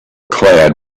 clad